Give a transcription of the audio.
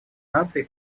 наций